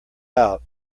out